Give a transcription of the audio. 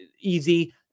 easy